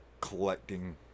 collecting